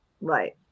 Right